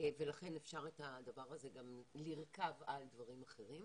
ולכן אפשר לשים את הדברים הזה גם על דברים אחרים.